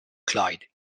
clyde